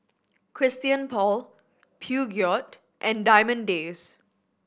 Christian Paul Peugeot and Diamond Days